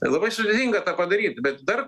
labai sudėtinga tą padaryt bet dar